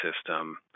system